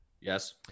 Yes